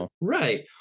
right